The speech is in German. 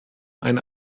eine